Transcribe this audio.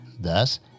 Thus